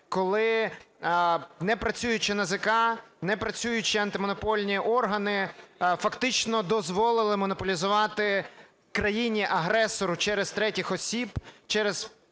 коли непрацююча НАЗК, непрацюючі антимонопольні органи фактично дозволили монополізувати країні-агресору через третіх осіб, через